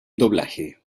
doblaje